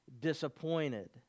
disappointed